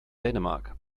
dänemark